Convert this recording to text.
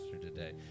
today